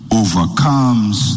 overcomes